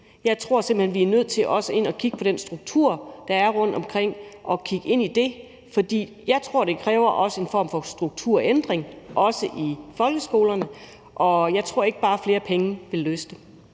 Jeg tror simpelt hen, at vi er nødt til også at kigge på den struktur, der er rundtomkring, for jeg tror også, at det kræver en form for strukturændring, også i folkeskolerne, og jeg tror ikke bare, at flere penge vil løse det.